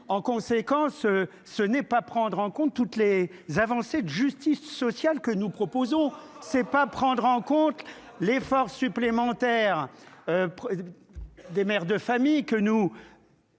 en conséquence. Ce n'est pas prendre en compte toutes les avancées de justice sociale que nous proposons c'est pas prendre en compte l'effort supplémentaire. Des mères de famille que nous.